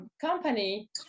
company